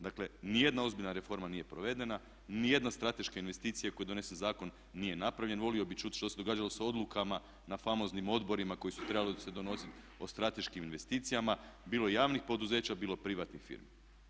Dakle, ni jedna ozbiljna reforma nije provedena, ni jedna strateška investicija koja je donesena zakonom nije napravljena, volio bi čuti što se je događalo s odlukama na famoznim odborima koji su trebali se donositi o strateškim investicijama bilo javnih poduzeća, bilo privatnih firmi.